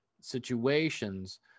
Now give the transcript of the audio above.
situations